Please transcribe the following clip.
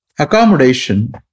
Accommodation